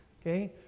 Okay